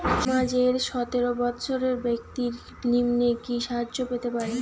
সমাজের সতেরো বৎসরের ব্যাক্তির নিম্নে কি সাহায্য পেতে পারে?